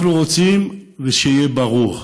אנחנו רוצים, ושיהיה ברור: